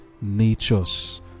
natures